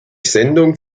sendung